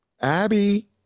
abby